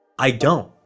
i don't.